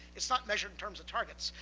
it's not measured in terms of targets.